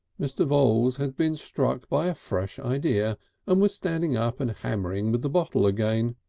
mr. voules had been struck by a fresh idea and was standing up and hammering with the bottle again.